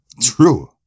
True